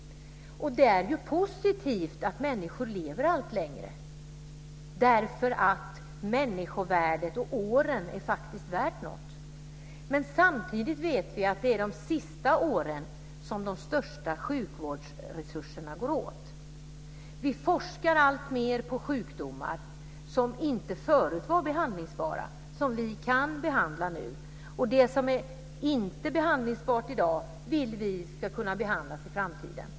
Det är positivt att människor lever allt längre. Människovärdet och åren är värda något. Samtidigt vet vi att det är under de sista åren som de största sjukvårdsresurserna går åt. Vi forskar alltmer om sjukdomar som förut inte var behandlingsbara men som nu kan behandlas. Det som inte är behandlingsbart i dag vill vi ska kunna behandlas i framtiden.